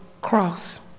cross